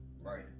Right